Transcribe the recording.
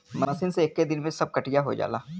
machine से एक्के दिन में सब कटिया हो जाला